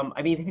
um i mean,